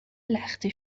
لخته